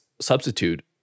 substitute